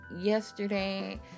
yesterday